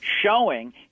showing